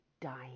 dying